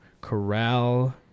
corral